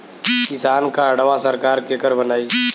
किसान कार्डवा सरकार केकर बनाई?